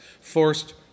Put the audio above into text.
forced